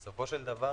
בסופו של דבר